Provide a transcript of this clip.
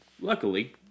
Luckily